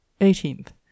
Eighteenth